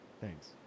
Thanks